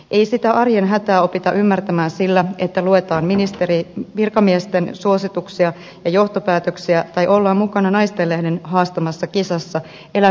ei sitä arjen hätää opita ymmärtämään sillä että luetaan virkamiesten suosituksia ja johtopäätöksiä tai ollaan mukana naistenlehden haastamassa kisassa elää viikko toimeentulotuella